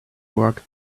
work